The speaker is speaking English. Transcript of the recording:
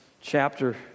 chapter